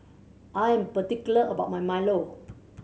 I am particular about my milo